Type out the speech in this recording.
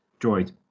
droid